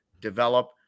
develop